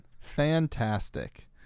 fantastic